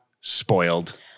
spoiled